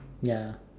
ya